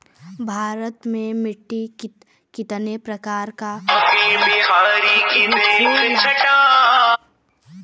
भारत में मिट्टी कितने प्रकार का होखे ला?